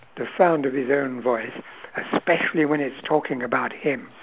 the sound of his own voice especially when it's talking about him